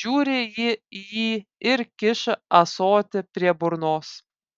žiūri ji į jį ir kiša ąsotį prie burnos